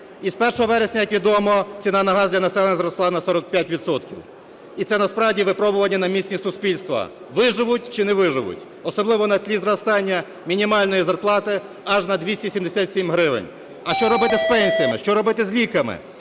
І з 1 вересня, як відомо, ціна на газ для населення зросла на 45 відсотків. І це насправді випробування на міцність суспільства – виживуть чи не виживуть. Особливо на тлі зростання мінімальної зарплати аж на 277 гривень. А що робити з пенсіями, що робити з ліками?